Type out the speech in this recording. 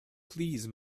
please